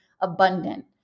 abundant